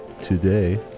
Today